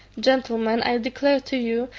gentlemen, i declare to you,